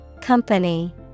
Company